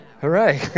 Hooray